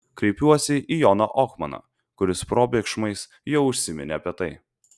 kreipiuosi į joną ohmaną kuris probėgšmais jau užsiminė apie tai